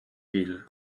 ville